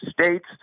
States